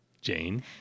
Jane